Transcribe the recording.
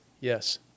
Yes